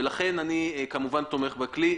ולכן אני כמובן תומך בכלי.